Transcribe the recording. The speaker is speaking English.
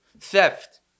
theft